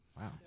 Wow